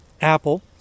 Apple